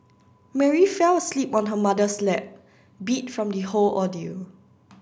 Mary fell asleep on her mother's lap beat from the whole ordeal